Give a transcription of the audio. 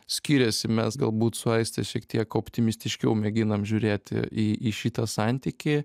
skyriasi mes galbūt su aiste šiek tiek optimistiškiau mėginam žiūrėti į į šitą santykį